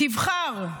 תבחר,